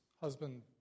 husband